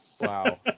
Wow